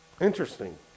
Interesting